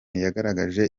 yagaragaje